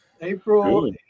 April